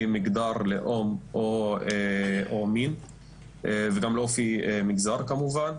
מגדר לאום או מין וגם לא לפי מגזר כמובן.